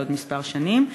עוד כמה שנים,